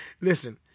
Listen